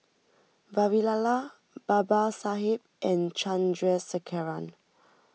Vavilala Babasaheb and Chandrasekaran